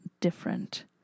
different